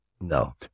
No